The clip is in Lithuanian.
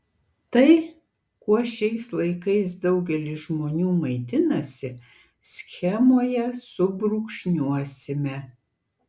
tai kuo šiais laikais daugelis žmonių maitinasi schemoje subrūkšniuosime